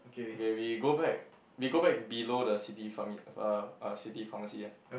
okay we go back we go back below the city pharmi~ uh uh city pharmacy ah